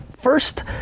First